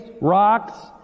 rocks